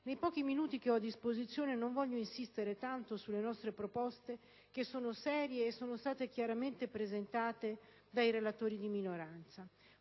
Nei pochi minuti che ho a disposizione non voglio insistere tanto sulle nostre proposte, che sono serie e sono state chiaramente presentate dai relatori di minoranza,